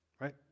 right